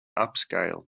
upscale